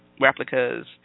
replicas